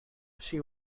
she